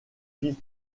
fit